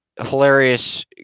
hilarious